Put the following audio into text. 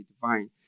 divine